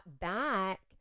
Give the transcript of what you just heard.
back